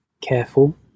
careful